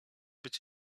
być